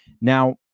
Now